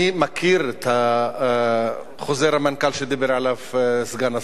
אני מכיר את חוזר המנכ"ל שדיבר עליו סגן השר,